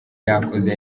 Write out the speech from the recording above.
yakoze